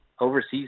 overseas